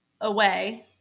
away